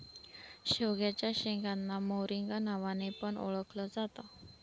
शेवग्याच्या शेंगांना मोरिंगा नावाने पण ओळखल जात